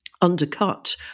undercut